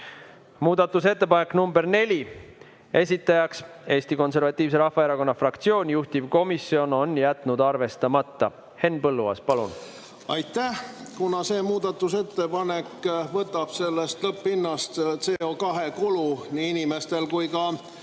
Muudatusettepanek nr 4, esitajaks Eesti Konservatiivse Rahvaerakonna fraktsioon, juhtivkomisjon on jätnud arvestamata. Henn Põlluaas, palun! Aitäh! Kuna see muudatusettepanek võtab sellest lõpphinnast CO2kulu nii inimestel kui ka